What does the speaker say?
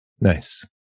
Nice